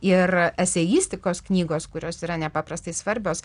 ir eseistikos knygos kurios yra nepaprastai svarbios